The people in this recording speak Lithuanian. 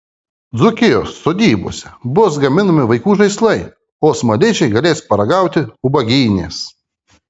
dzūkijos sodybose bus gaminami vaikų žaislai o smaližiai galės paragauti ubagynės